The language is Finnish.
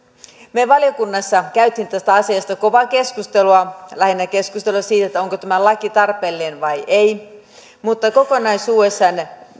me valiokunnassa kävimme tästä asiasta kovaa keskustelua lähinnä keskustelua siitä onko tämä laki tarpeellinen vai ei mutta kokonaisuudessaan